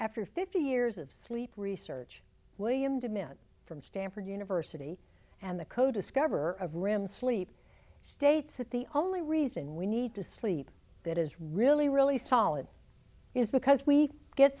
after fifty years of sleep research william demit from stanford university and the co discoverer of rem sleep states that the only reason we need to sleep that is really really solid is because we get